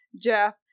Jeff